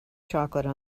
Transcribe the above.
chocolate